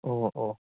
ꯑꯣ ꯑꯣ